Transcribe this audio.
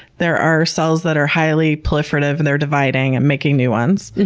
there are cells that are highly proliferative and they're dividing and making new ones.